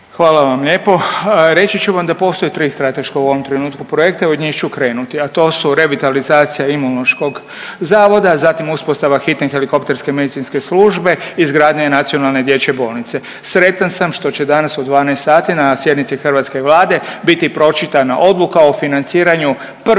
Hvala vam lijepo. Reći ću vam da postoje tri strateška u ovom trenutku projekta i od njih ću krenuti, a to su revitalizacija Imunološkog zavoda, zatim uspostava hitne helikopterske medicinske služe, izgradnja nacionalne dječje bolnice. Sretan sam što će danas u 12 sati na sjednici hrvatske Vlade biti pročitana odluka o financiranju prve